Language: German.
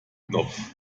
knopf